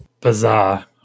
bizarre